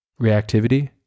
reactivity